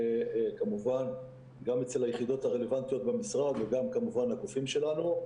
וכמובן ביחידות הרלוונטיות במשרד וגם בגופים שלנו.